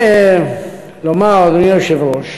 אדוני היושב-ראש,